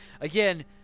Again